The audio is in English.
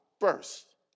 first